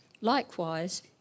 Likewise